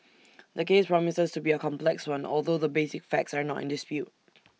the case promises to be A complex one although the basic facts are not in dispute